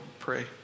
pray